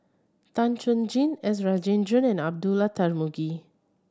Tan Chuan Jin S Rajendran and Abdullah Tarmugi